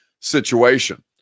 situation